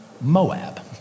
Moab